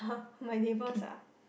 my neighbours ah